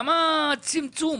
למה צמצום?